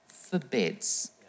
forbids